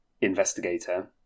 investigator